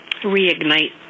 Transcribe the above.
reignite